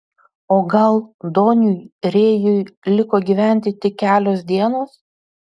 o gal doniui rėjui liko gyventi tik kelios dienos